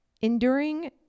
Enduring